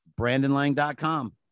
BrandonLang.com